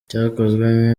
cyakozwe